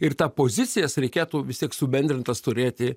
ir tą pozicijas reikėtų vis tiek subendrintas turėti